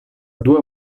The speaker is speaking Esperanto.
dua